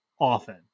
often